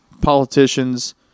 politicians